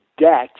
debt